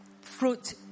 Fruit